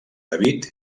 david